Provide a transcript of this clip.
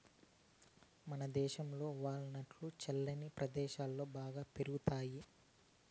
మనదేశంలో వాల్ నట్లు చల్లని ప్రదేశాలలో బాగా పెరుగుతాయి